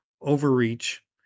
overreach